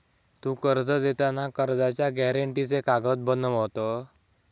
तु कर्ज देताना कर्जाच्या गॅरेंटीचे कागद बनवत?